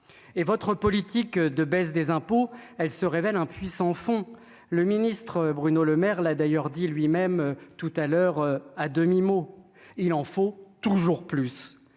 et votre politique de baisse des impôts, elle se révèle impuissant font le ministre Bruno Lemaire là d'ailleurs dit lui-même, tout à l'heure à demi-mot, il en faut toujours plus